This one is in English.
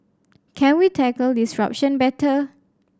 can we tackle disruption better